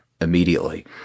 immediately